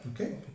okay